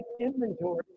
inventory